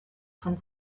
von